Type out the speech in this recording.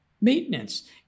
maintenance